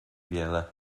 wiele